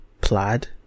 plaid